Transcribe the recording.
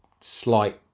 slight